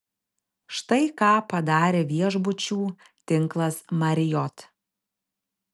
štai ką padarė viešbučių tinklas marriott